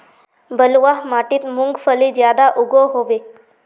बलवाह माटित मूंगफली ज्यादा उगो होबे?